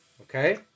Okay